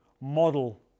model